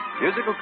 musical